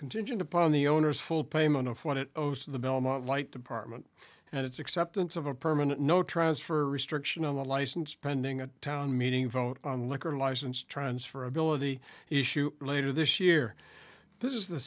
contingent upon the owner's full payment of what it owes to the belmont light department and its acceptance of a permanent no transfer restriction on the license pending a town meeting vote on liquor license transfer ability issue later this year this is the